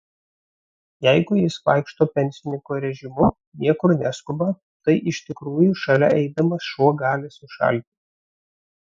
jeigu jis vaikšto pensininko režimu niekur neskuba tai iš tikrųjų šalia eidamas šuo gali sušalti